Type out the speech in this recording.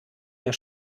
der